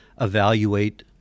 evaluate